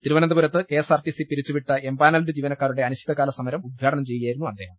തിരവനന്തപുരത്ത് K S R T C പിരിച്ചുവിട്ട empanelled ജീവനക്കാരുടെ അനിശ്ചി തകാല സ്മരം ഉദ്ഘാടനം ചെയ്യുകയായിരുന്നു അദ്ദേഹം